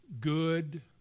good